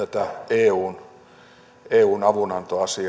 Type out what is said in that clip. ja tätä eun avunantoasiaa